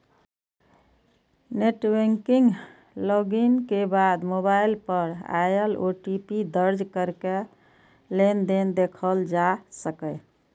net banking log in के बाद mobile पर आयल ओ.टी.पी दर्ज कैरके लेनदेन देखल जा सकैए